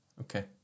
Okay